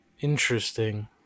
Interesting